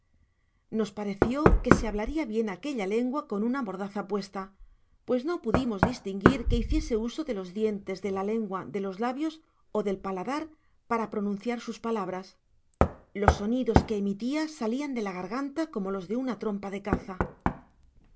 nos pareció que se hablaria bien aquella lengua con una mordaza puesta pues no pedimos distinguir que hiciese uso de los dientes de la lengua de los labios ó del paladar para pronunciar sus palabras los sonidos que emitía salían de la garganta como los de una trompa de caza